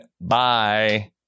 Bye